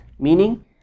Meaning